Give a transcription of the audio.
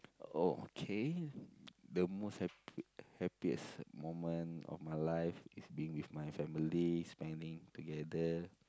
oh okay the most happy happiest moment of my life is being with my families spending together